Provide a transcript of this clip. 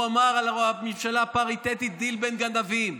הוא אמר על הממשלה הפריטטית "דיל בין גנבים".